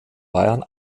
bayern